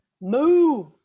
Move